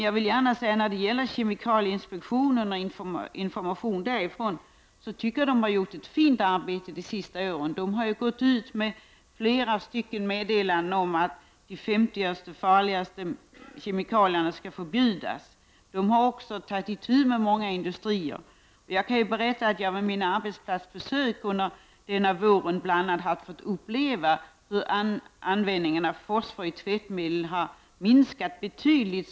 Jag tycker att kemikalieinspektionen har utfört ett fint arbete under de senaste åren. I flera meddelanden har man sagt att de 50 farligaste kemikalierna skall förbjudas. Man har också tagit uti med förhållandena inom många industrier. Under mina arbetsplatsbesök denna vår har jag bl.a. upplevt att användningen av fosfor i tvättmedel har minskat betydligt.